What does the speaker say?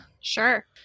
Sure